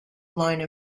line